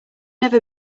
never